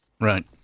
right